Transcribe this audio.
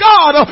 God